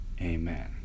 Amen